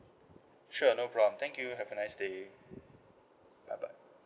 sure no problem thank you have a nice day bye bye